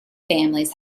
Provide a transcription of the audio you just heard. families